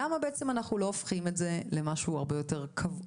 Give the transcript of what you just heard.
למה בעצם אנחנו לא הופכים את זה למשהו הרבה יורת קבוע,